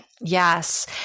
Yes